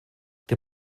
der